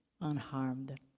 unharmed